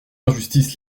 injustice